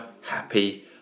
Happy